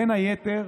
בין היתר,